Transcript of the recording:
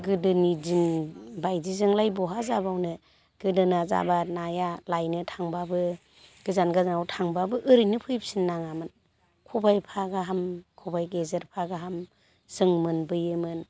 गोदोनि दिन बायदिजोंलाय बहा जाबावनो गोदोना जाबा नाया लायनो थांब्लाबो गोजान गोजानाव थांब्लाबो ओरैनो फैफिन नाङामोन खबाइफा गाहाम खबाइ गेजेरफा गाहाम जों मोनबोयोमोन